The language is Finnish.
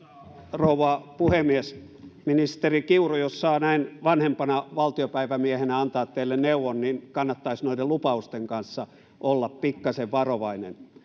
rouva puhemies ministeri kiuru jos saa näin vanhempana valtiopäivämiehenä antaa teille neuvon niin kannattaisi noiden lupausten kanssa olla pikkasen varovainen